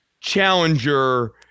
challenger